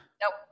Nope